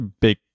big